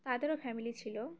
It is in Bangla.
তাদেরও ফ্যামিলি ছিল